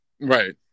Right